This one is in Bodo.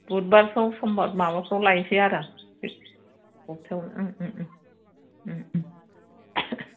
बुधबारफ्राव माबाफ्राव लायनोसै आरो आं बे हप्तायाव